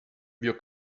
wir